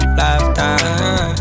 lifetime